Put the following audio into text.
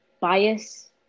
bias